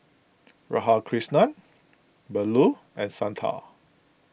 Radhakrishnan Bellur and Santha